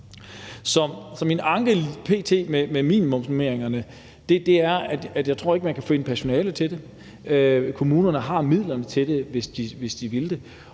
min anke p.t. med minimumsnormeringerne er, at jeg ikke tror, at man kan finde personale til det. Kommunerne har midlerne til det, hvis de ville det.